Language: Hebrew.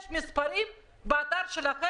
ויש מספרים באתר שלכם.